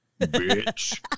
Bitch